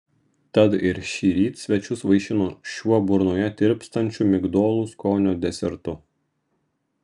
tad ir šįryt svečius vaišino šiuo burnoje tirpstančiu migdolų skonio desertu